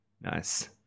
Nice